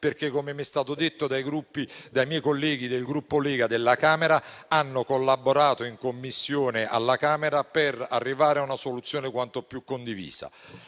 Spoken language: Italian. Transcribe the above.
perché - come mi è stato detto dai miei colleghi del Gruppo Lega della Camera - hanno collaborato in Commissione alla Camera per arrivare a una soluzione quanto più condivisa.